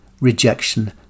rejection